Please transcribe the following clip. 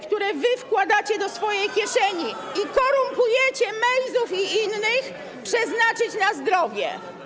które wy wkładacie do swoich kieszeni i którymi korumpujecie Mejzów i innych, przeznaczyć na zdrowie.